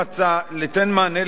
שבו קיימת שונות